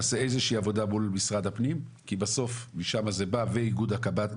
תעשה איזו שהיא עבודה מול משרד הפנים ואיגוד הקב"ט,